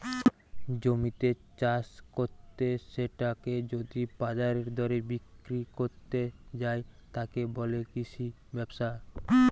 জমিতে চাষ কত্তে সেটাকে যদি বাজারের দরে বিক্রি কত্তে যায়, তাকে বলে কৃষি ব্যবসা